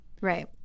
Right